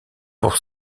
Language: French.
pour